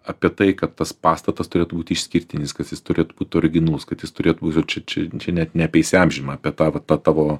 apie tai kad tas pastatas turėtų būt išskirtinis kad jis turėti būt originalus kad jis turėtų būt čia čia net ne apie įsiamžinimą apie tą va tą tavo